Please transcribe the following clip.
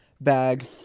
bag